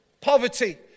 poverty